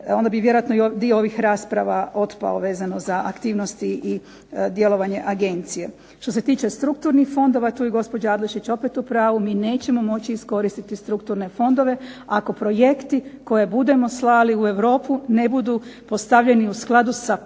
onda bi vjerojatno i dio ovih rasprava otpao vezano za aktivnosti i djelovanje agencije. Što se tiče strukturnih fondova tu je gospođa Adlešić opet u pravu. Mi nećemo moći iskoristiti strukturne fondove ako projekti koje budemo slali u Europu ne budu postavljeni u skladu sa pravilima